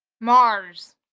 Mars